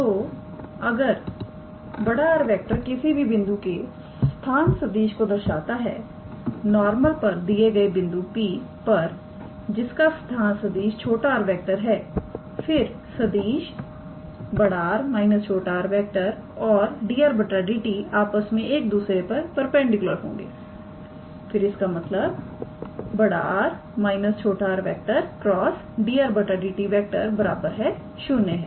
तो अगर 𝑅⃗ किसी भी बिंदु के स्थान सदिश को दर्शाता है नॉर्मल पर दिए गए बिंदु P पर जिसका स्थान सदिश 𝑟⃗ है फिर सदिश 𝑅⃗ −𝑟⃗ और 𝑑 𝑟⃗ 𝑑𝑡 आपस में एक दूसरे पर परपेंडिकुलर होंगे फिर इसका मतलब 𝑅⃗ − 𝑟⃗ × 𝑑 𝑟⃗ 𝑑𝑡 0 है